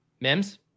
Mims